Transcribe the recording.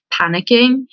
panicking